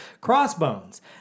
Crossbones